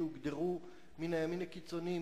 שהוגדרו מן הימין הקיצוני,